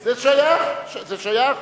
זה שייך, זה שייך.